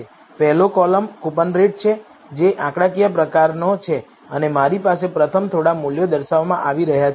પહેલો column coupon rate છે જે આંકડાકીય પ્રકારનો છે અને મારી પાસે પ્રથમ થોડા મૂલ્યો દર્શાવવામાં આવી રહ્યા છે